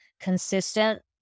consistent